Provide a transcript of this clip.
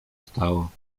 stało